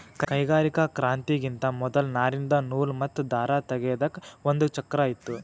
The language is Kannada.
ಕೈಗಾರಿಕಾ ಕ್ರಾಂತಿಗಿಂತಾ ಮೊದಲ್ ನಾರಿಂದ್ ನೂಲ್ ಮತ್ತ್ ದಾರ ತೇಗೆದಕ್ ಒಂದ್ ಚಕ್ರಾ ಇತ್ತು